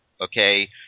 okay